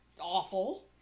awful